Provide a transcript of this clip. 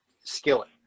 skillet